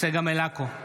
צגה מלקו,